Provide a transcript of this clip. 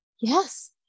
Yes